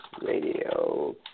Radio